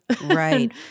Right